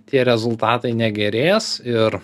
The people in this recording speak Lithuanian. tie rezultatai negerės ir